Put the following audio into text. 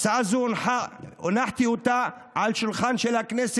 את הצעת החוק הזו הנחתי על שולחנה של